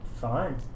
fine